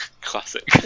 Classic